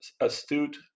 astute